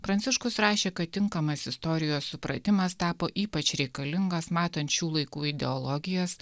pranciškus rašė kad tinkamas istorijos supratimas tapo ypač reikalingas matant šių laikų ideologijas